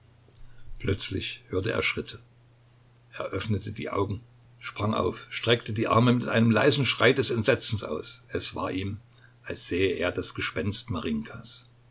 plötzlich hörte er schritte er öffnete die augen sprang auf und streckte die arme mit einem leisen schrei des entsetzens aus es war ihm als sähe er das